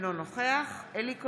אינו נוכח אלי כהן,